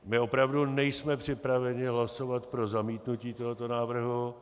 My opravdu nejsme připraveni hlasovat pro zamítnutí tohoto návrhu.